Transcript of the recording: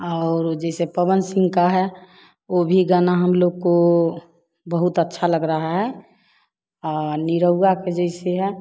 और जैसे पवन सिंह का है वह भी गाना हम लोग को बहुत अच्छा लग रहा है आ निरौआ के जैसे है